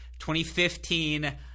2015—